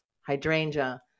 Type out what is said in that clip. hydrangea